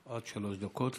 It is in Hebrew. עד שלוש דקות לרשותך,